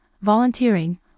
volunteering